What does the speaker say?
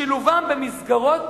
שילובם במסגרות